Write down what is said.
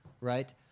right